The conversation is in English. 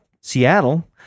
Seattle